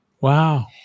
Wow